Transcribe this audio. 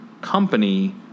company